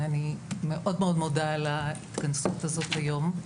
אני מאוד מודה על ההתכנסות הזאת היום.